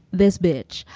this bitch,